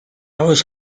oes